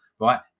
Right